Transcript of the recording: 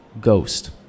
Ghost